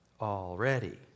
already